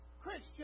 Christian